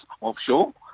offshore